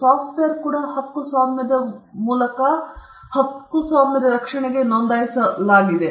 software code ಅನ್ನು ಹಕ್ಕುಸ್ವಾಮ್ಯದ ಮೂಲಕ ನೋಂದಾಯಿಸಲಾಗುತ್ತದೆ